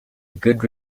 good